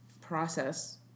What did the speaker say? process